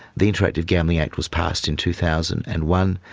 the interactive gambling act was passed in two thousand and one.